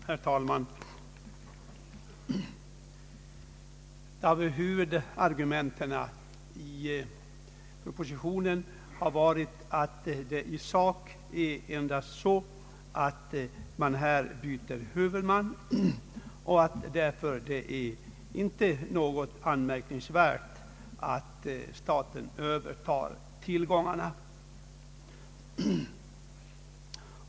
Herr talman! Huvudargumenten i propositionen har varit att det i sak endast är fråga om att byta huvudman och att det därför inte är något anmärkningsvärt att staten övertar tillgångarna.